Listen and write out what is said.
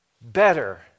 better